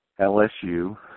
LSU